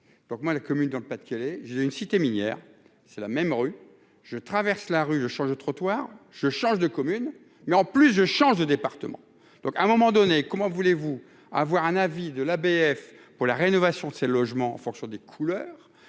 donc moi la commune dans le Pas-de-Calais, j'ai une cité minière, c'est la même rue, je traverse la rue, je change de trottoir je change de communes, mais en plus je change de département, donc à un moment donné, comment voulez-vous avoir un avis de la BF pour la rénovation de ces logements en fonction des couleurs